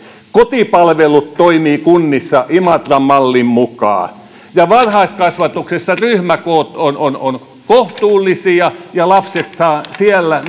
kotipalvelut toimivat kunnissa imatran mallin mukaan varhaiskasvatuksessa ryhmäkoot ovat kohtuullisia ja lapset saavat siellä